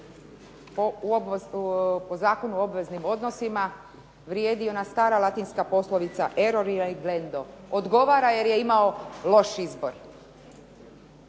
po Zakonu o obveznim odnosima vrijedi ona stara latinska poslovica … odgovara jer je imao loš izbor.